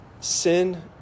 sin